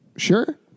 Sure